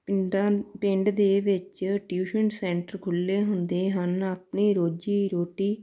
ਪਿੰਡਾਂ ਪਿੰਡ ਦੇ ਵਿੱਚ ਟਿਊਸ਼ਨ ਸੈਂਟਰ ਖੁੱਲੇ ਹੁੰਦੇ ਹਨ ਆਪਣੀ ਰੋਜ਼ੀ ਰੋਟੀ